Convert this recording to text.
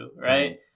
right